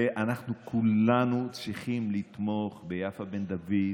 ואנחנו כולנו צריכים לתמוך ביפה בן דוד,